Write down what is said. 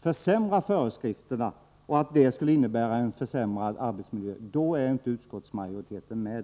försämra föreskrifterna och därmed försämra arbetsmiljön — då är utskottsmajoriteten inte med.